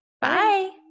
Bye